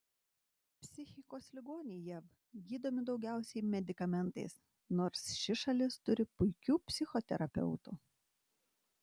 psichikos ligoniai jav gydomi daugiausiai medikamentais nors ši šalis turi puikių psichoterapeutų